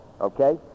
okay